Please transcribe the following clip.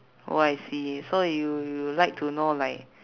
oh I see so you like to know like